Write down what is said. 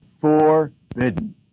forbidden